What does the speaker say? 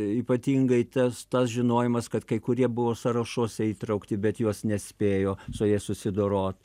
ypatingai tas tas žinojimas kad kai kurie buvo sąrašuose įtraukti bet juos nespėjo su jais susidorot